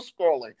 scrolling